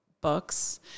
Books